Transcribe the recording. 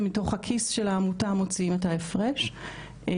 מתוך הכיס של העמותה אנחנו מוציאים את ההפרש וחייב